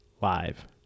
live